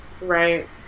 Right